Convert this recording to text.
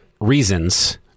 reasons